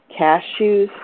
cashews